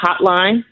hotline